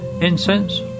incense